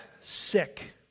sick